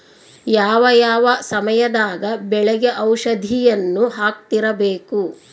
ಯಾವ ಯಾವ ಸಮಯದಾಗ ಬೆಳೆಗೆ ಔಷಧಿಯನ್ನು ಹಾಕ್ತಿರಬೇಕು?